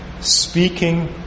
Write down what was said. speaking